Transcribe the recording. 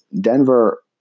Denver